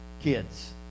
kids